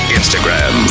Instagram